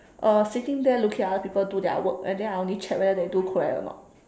uh sitting there looking at other people do their work and then I only check whether they do correct or not